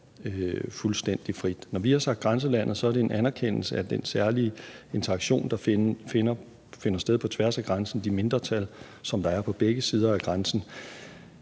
fuldstændig frit. Når vi har sagt grænselandet, er det en anerkendelse af den særlige interaktion, der finder sted på tværs af grænsen, med de mindretal, som der er på begge sider af grænsen.